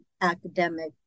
academic